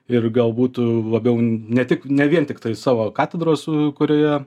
ir gal būtų labiau ne tik ne vien tiktai savo katedros kurioje